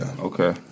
okay